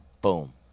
boom